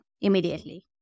immediately